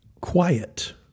quiet